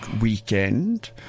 weekend